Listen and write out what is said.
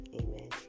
Amen